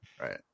Right